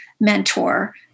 mentor